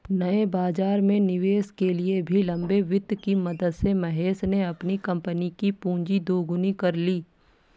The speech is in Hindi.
नए बाज़ार में निवेश के लिए भी लंबे वित्त की मदद से महेश ने अपनी कम्पनी कि पूँजी दोगुनी कर ली